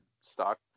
stock